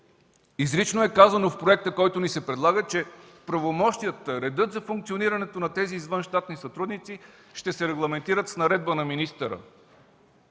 Изрично е казано в проекта, който ни се предлага, че правомощията, редът за функционирането на тези извънщатни сътрудници ще се регламентират с наредба на министъра.